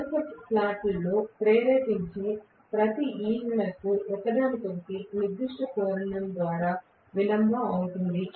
వరుస స్లాట్లలో ప్రేరేపించే ప్రతి EMF ఒకదానికొకటి నిర్దిష్ట కోణం ద్వారా విలంబం అవుతుంది